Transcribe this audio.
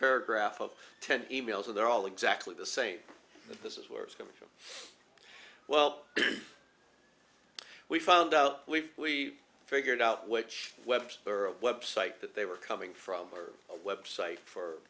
paragraph of ten emails and they're all exactly the same but this is where it's coming from well we found out we figured out which website that they were coming from a website for